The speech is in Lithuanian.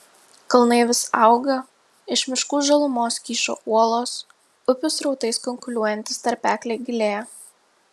kalnai vis auga iš miškų žalumos kyšo uolos upių srautais kunkuliuojantys tarpekliai gilėja